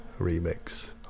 remix